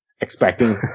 expecting